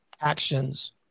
actions